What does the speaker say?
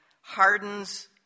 hardens